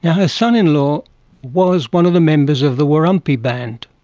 her son-in-law was one of the members of the warumpi band.